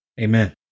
Amen